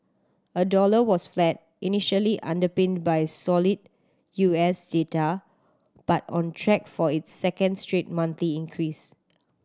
a dollar was flat initially underpinned by solid U S data but on track for its second straight monthly increase